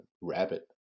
rabbit